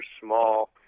small